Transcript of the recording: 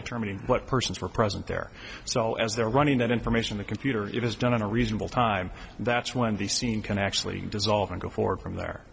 determining what persons were present there so as they're running that information the computer it is done in a reasonable time that's when the scene can actually dissolve and go forward from there